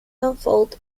unfold